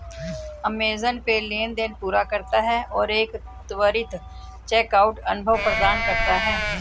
Amazon Pay लेनदेन पूरा करता है और एक त्वरित चेकआउट अनुभव प्रदान करता है